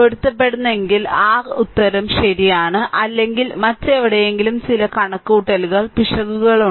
പൊരുത്തപ്പെടുന്നെങ്കിൽ r ഉത്തരം ശരിയാണ് അല്ലെങ്കിൽ മറ്റെവിടെയെങ്കിലും ചില കണക്കുകൂട്ടൽ പിശകുകൾ ഉണ്ട്